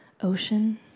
ocean